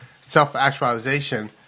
self-actualization